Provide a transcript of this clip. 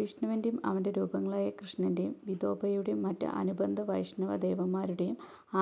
വിഷ്ണുവിൻ്റെയും അവൻ്റെ രൂപങ്ങളായ കൃഷ്ണൻ്റെയും വിതോബയുടെയും മറ്റ് അനുബന്ധ വൈഷ്ണവ ദേവന്മാരുടെയും